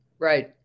Right